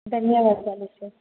ధన్యవాదాలు సార్